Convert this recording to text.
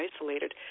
isolated